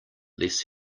less